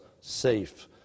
safe